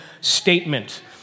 statement